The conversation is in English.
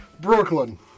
brooklyn